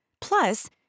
Plus